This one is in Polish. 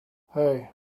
hej